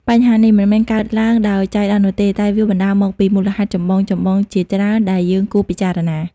បញ្ហានេះមិនមែនកើតឡើងដោយចៃដន្យនោះទេ តែវាបណ្តាលមកពីមូលហេតុចម្បងៗជាច្រើនដែលយើងគួរពិចារណា។